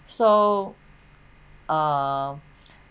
so um